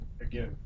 again